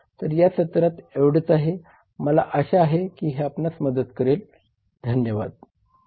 तर या सत्रात एवढेच आहे मला आशा आहे की हे आपणास मदत करेल धन्यवाद